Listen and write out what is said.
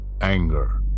Anger